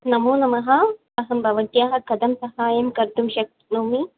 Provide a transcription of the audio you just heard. नमो नमः अहं भवत्याः कथं सहाय्यं कर्तुं शक्नोमि